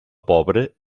pobre